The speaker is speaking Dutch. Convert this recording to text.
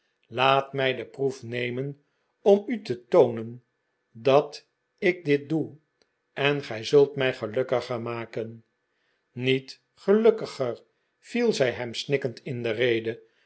laat mij de proef nemen om u te toonen dat ik dit doe en gij zult mij gelukkiger ma ken niet gelukkiger viel zij hem snikkend in de rede